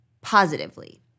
positively